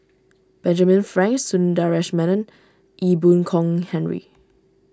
Benjamin Frank Sundaresh Menon Ee Boon Kong Henry